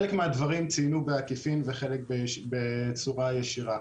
את חלק מהדברים ציינו בעקיפין ואת החלק בצורה ישירה.